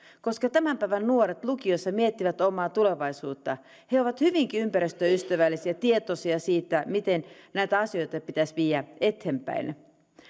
tämän päivän nuoret lukiossa miettivät omaa tulevaisuuttaan he ovat hyvinkin ympäristöystävällisiä tietoisia siitä miten näitä asioita pitäisi viedä eteenpäin